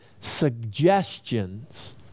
Suggestions